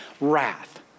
wrath